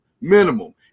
minimum